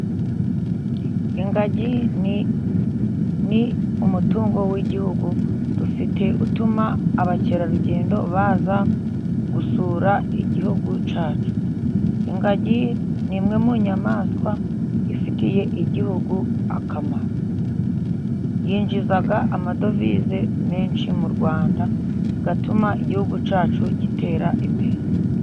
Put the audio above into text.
Ingagi ni umutungo w'igihugu dufite utuma abakerarugendo baza gusura igihugu cyacu, ingagi ni imwe mu nyamaswa ifitiye igihugu akamaro yinjiza amadovize menshi mu Rwanda, atuma igihugu cyacu gitera imbere.